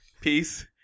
peace